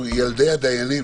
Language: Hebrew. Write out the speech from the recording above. ילדי הדיינים,